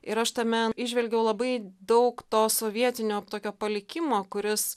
ir aš tame įžvelgiau labai daug to sovietinio tokio palikimo kuris